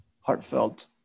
heartfelt